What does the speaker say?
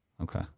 Okay